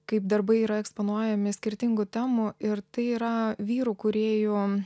kai darbai yra eksponuojami skirtingų temų ir tai yra vyrų kūrėjų